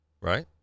right